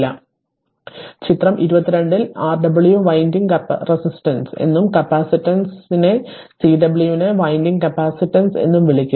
അതിനാൽ ചിത്രം 22 ൽ Rw വിൻഡിംഗ് റെസിസ്റ്റൻസ് എന്നും കപ്പാസിറ്റൻസ് CW നെ വിൻഡിംഗ് കപ്പാസിറ്റൻസ് എന്നും വിളിക്കുന്നു